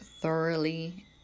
thoroughly